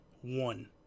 one